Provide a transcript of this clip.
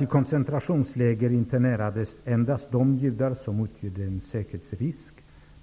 I koncentrationsläger internerades endast de judar som utgjorde en säkerhetsrisk